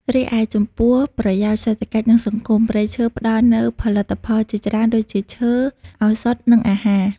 រីឯចំពោះប្រយោជន៍សេដ្ឋកិច្ច និងសង្គម ព្រៃឈើផ្ដល់នូវផលិតផលជាច្រើនដូចជាឈើ ឱសថ និងអាហារ។